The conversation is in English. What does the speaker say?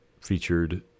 featured